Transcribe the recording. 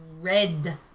red